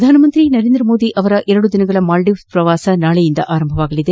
ಪ್ರಧಾನ ಮಂತ್ರಿ ನರೇಂದ್ರಮೋದಿ ಅವರ ಎರಡು ದಿನಗಳ ಮಾಲ್ಡೀವ್ಸ್ ಪ್ರವಾಸ ನಾಳೆಯಿಂದ ಆರಂಭವಾಗಲಿದೆ